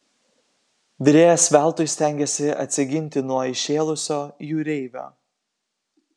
virėjas veltui stengėsi atsiginti nuo įšėlusio jūreivio